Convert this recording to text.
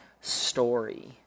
story